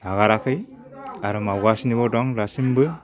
नागाराखै आरो मावगासिनोबो दं दासिमबो